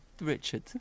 Richard